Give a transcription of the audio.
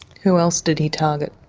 who else did he target?